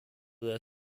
their